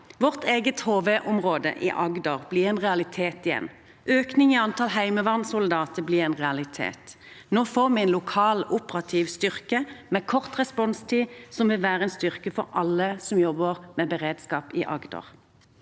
Vårt eget HV-område i Agder blir en realitet igjen. Økningen i antall heimevernssoldater blir en realitet. Nå får vi en lokal operativ styrke med kort responstid, som vil være en styrke for alle som jobber med beredskap i Agder.